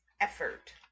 effort